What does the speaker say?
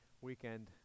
weekend